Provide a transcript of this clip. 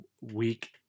week